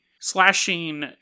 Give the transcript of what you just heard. slashing